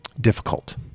difficult